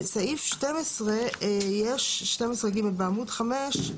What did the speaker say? סעיף 12ג בעמוד 5,